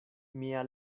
mia